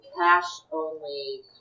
cash-only